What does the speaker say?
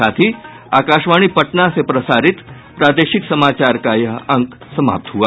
इसके साथ ही आकाशवाणी पटना से प्रसारित प्रादेशिक समाचार का ये अंक समाप्त हुआ